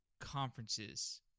conferences